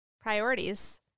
Priorities